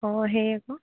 অঁ সেই আকৌ